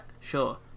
Sure